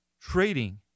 trading